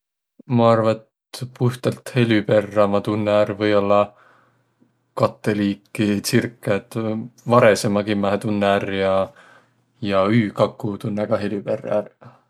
Ma arva, et puhtalt helü perrä ma tunnõ ärq või-ollaq kattõ liiki tsirkõ. Et varõsõ ma kimmähe tunnõ ärq ja, ja üükaku ka tunnõ helü perrä ärq.